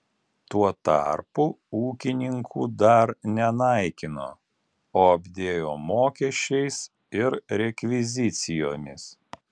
tuo tarpu ūkininkų dar nenaikino o apdėjo mokesčiais ir rekvizicijomis